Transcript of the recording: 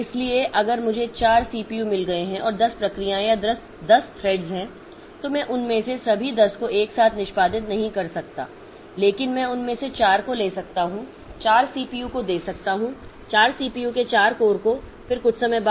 इसलिए अगर मुझे 4 सीपीयू मिल गए हैं और 10 प्रक्रियाएं या 10 थ्रेड्स हैं तो मैं उनमें से सभी 10 को एक साथ निष्पादित नहीं कर सकता लेकिन मैं उनमें से 4 को ले सकता हूं 4 सीपीयू को दे सकता हूं 4 सीपीयू के 4 कोर को फिर कुछ समय बाद